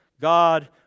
God